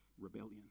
rebellion